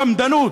החמדנות.